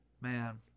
Man